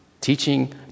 teaching